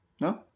No